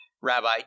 Rabbi